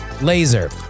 Laser